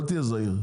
אל תהיה זעיר.